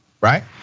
right